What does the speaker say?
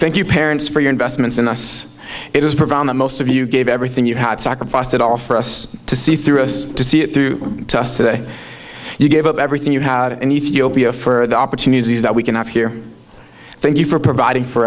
thank you parents for your investments in us it has provided the most of you gave everything you had sacrificed it all for us to see through us to see it through to us today you gave up everything you had and ethiopia for the opportunities that we can have here thank you for providing for